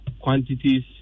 quantities